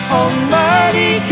almighty